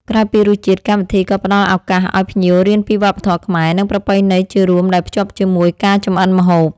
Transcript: ក្រៅពីរសជាតិ កម្មវិធីក៏ផ្តល់ឱកាសឲ្យភ្ញៀវរៀនពីវប្បធម៌ខ្មែរ និងប្រពៃណីជារួមដែលភ្ជាប់ជាមួយការចម្អិនម្ហូប។